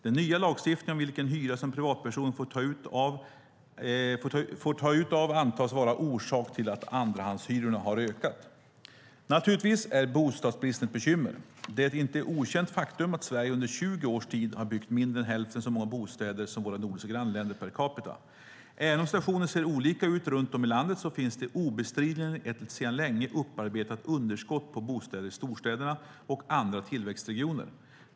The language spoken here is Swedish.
Den nya lagstiftningen om vilken hyra som privatpersoner får ta ut antas vara orsak till att andrahandshyrorna har ökat. Naturligtvis är bostadsbristen ett bekymmer. Det är ett inte okänt faktum att Sverige under 20 års tid har byggt mindre än hälften så många bostäder som våra nordiska grannländer per capita. Även om situationen ser olika ut runt om i landet finns det obestridligen ett sedan länge upparbetat underskott på bostäder i storstäderna och andra tillväxtregioner.